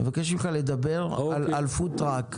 לדבר על פוד-טראק,